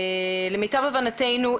למיטב הבנתנו,